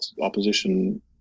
opposition